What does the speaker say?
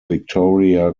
victoria